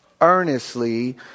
earnestly